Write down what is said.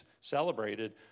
celebrated